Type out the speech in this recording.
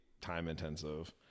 time-intensive